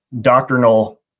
doctrinal